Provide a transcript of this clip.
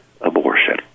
abortion